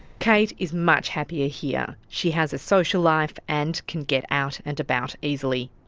kate is much happier here. she has a social life and can get out and about easily.